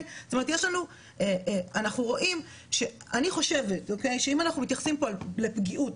אני חושבת שאם אנחנו מתייחסים פה לפגיעות,